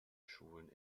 schulen